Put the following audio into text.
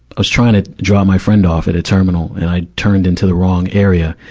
i was trying to drop my friend off at a terminal, and i turned into the wrong area.